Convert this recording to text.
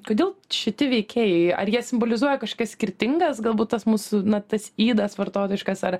kodėl šiti veikėjai ar jie simbolizuoja kažkokias skirtingas galbūt tas mūsų na tas ydas vartotojiškas ar